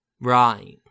Right